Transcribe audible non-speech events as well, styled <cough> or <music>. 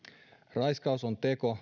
raiskaus on teko <unintelligible>